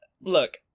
look